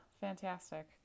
Fantastic